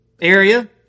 area